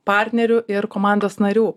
partnerių ir komandos narių